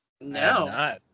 No